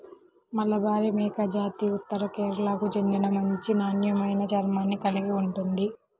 మలబారి మేకజాతి ఉత్తర కేరళకు చెందిన మంచి నాణ్యమైన చర్మాన్ని కలిగి ఉంటుంది